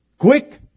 quick